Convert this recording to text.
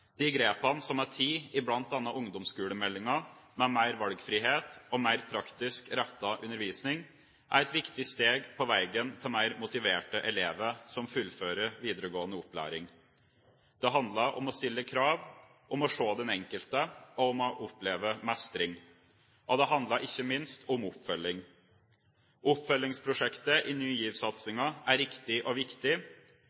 De grepene som er tatt i bl.a. ungdomsskolemeldingen, med mer valgfrihet og mer praktisk rettet undervisning, er et viktig steg på veien til mer motiverte elever som fullfører videregående opplæring. Det handler om å stille krav, om å se den enkelte og om å oppleve mestring. Og det handler ikke minst om oppfølging. Oppfølgingsprosjektet i